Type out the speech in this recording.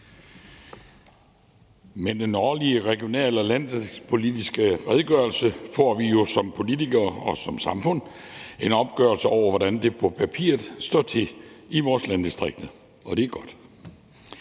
Med den årlige regional- og landdistriktspolitiske redegørelse får vi jo som politikere og som samfund en opgørelse over, hvordan det på papiret står til i vores landdistrikter, og det er godt.